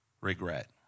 regret